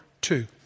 two